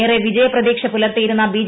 ഏറെ വിജയ പ്രതീക്ഷ പുലർത്തിയിരുന്ന ബി